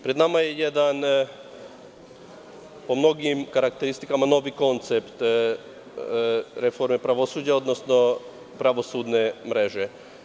Pred nama je jedan po mnogim karakteristikama novi koncept reforme pravosuđa, odnosno pravosudne mreže.